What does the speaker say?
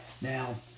Now